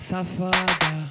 Safada